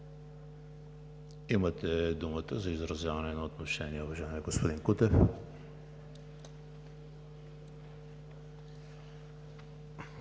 Имате думата за изразяване на отношение, уважаеми господин Кутев.